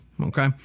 Okay